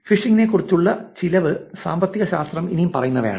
ഫിഷിംഗിനെക്കുറിച്ചുള്ള ചിലവ് സാമ്പത്തികശാസ്ത്രം ഇനി പറയുന്നവയാണ്